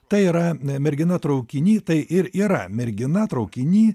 tai yra n mergina traukiny tai ir yra mergina traukiny